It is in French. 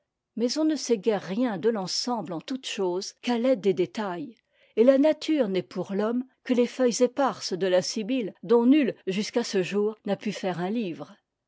mais on ne sait guère rien de l'ensemble en toutes choses qu'à l'aide des détails et nature n'est pour l'homme que les feuilles éparses de la sibylle dont nul jusqu'à ce jour n'a pu faire un livre